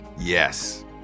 Yes